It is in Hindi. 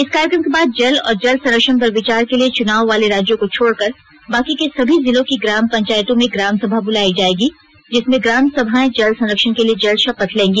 इस कार्यक्रम के बाद जल और जल संरक्षण पर विचार के लिए चुनाव वाले राज्यों को छोडकर बाकी के सभी जिलों की ग्राम पंचायतों में ग्राम सभा बुलाई जाएगी जिसमें ग्राम सभाएं जल संरक्षण के लिए जल शपथ लेंगी